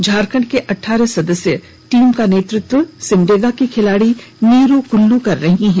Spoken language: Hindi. झारखंड के अठारह सदस्य टीम का नेतृत्व सिमडेगा की खिलाड़ी नीरू कुल्लू कर रही हैं